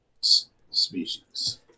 species